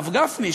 הרב גפני,